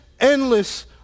Endless